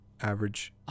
average